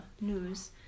news